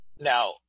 Now